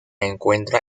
encuentra